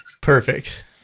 Perfect